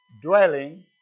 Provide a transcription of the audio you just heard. dwelling